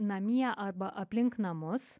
namie arba aplink namus